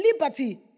liberty